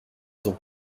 donc